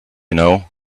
know